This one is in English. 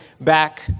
back